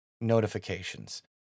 notifications